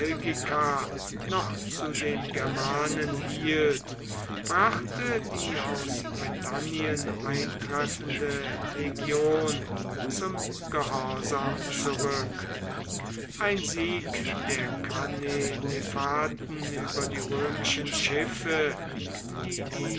noch zu den germanen hielt brachte die aus britannien eintreffende legion zum gehorsam zurück ein sieg der cannenefaten über die römischen schiffe die die